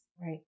right